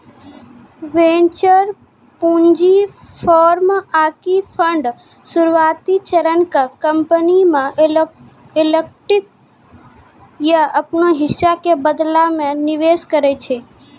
venture पूंजी firm आकि fund शुरुआती चरण के कंपनी मे इक्विटी या अपनो हिस्सा के बदला मे निवेश करै छै